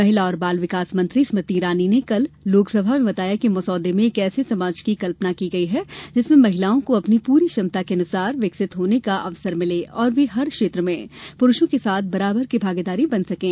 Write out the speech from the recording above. महिला और बाल विकास मंत्री स्मृति ईरानी ने कल लोकसभा में बताया कि मसौदे में एक ऐसे समाज की कल्पना की गई है जिसमें महिलाओं को अपनी पूरी क्षमता के अनुसार विकसित होने का अवसर मिले और वे हर क्षेत्र में पुरूषों के साथ बराबर की भागीदारी बन सकें